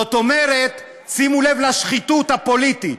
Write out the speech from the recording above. זאת אומרת, שימו לב לשחיתות הפוליטית.